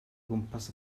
gwmpas